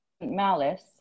Malice